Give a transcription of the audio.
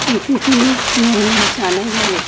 ओंख्रिखौनो नरमेल जानाय जायो